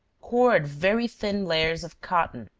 cord very thin layers of cotton,